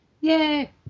Yay